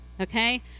okay